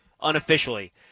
unofficially